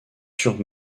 sur